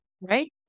right